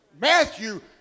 Matthew